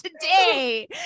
today